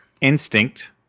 instinct